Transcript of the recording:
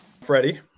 Freddie